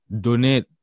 donate